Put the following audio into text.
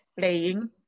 playing